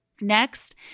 Next